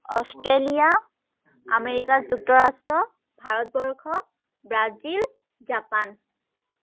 Australia America যুক্তৰাষ্ট্ৰ Bharatvarsha Brazil Japan